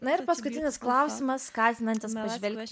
na ir paskutinis klausimas skatinantis pažvelgti į